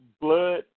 blood